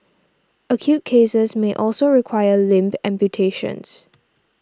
acute cases may also require limb amputations